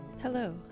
Hello